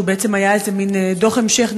שבעצם היה איזה מין דוח המשך,